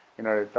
you know